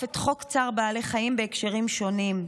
את חוק צער בעלי חיים בהקשרים שונים,